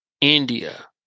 India